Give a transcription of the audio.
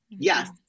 Yes